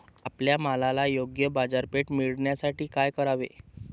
आपल्या मालाला योग्य बाजारपेठ मिळण्यासाठी काय करावे?